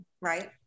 right